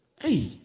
hey